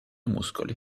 muscoli